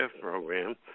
program